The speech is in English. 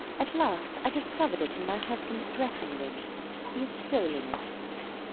at last i discovered it in my husband's dressing-room he had stolen it.